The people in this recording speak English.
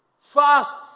Fast